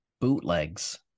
bootlegs